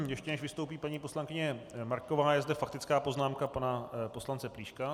Ještě než vystoupí paní poslankyně Marková, je zde faktická poznámka pana poslance Plíška.